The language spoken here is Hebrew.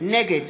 נגד